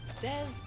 Says